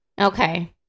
Okay